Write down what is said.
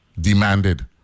demanded